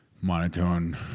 monotone